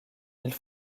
mille